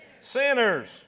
sinners